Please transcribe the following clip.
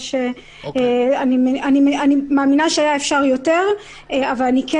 אני מאמינה שאפשר היה יותר, אבל אני כן